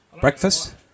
Breakfast